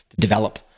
develop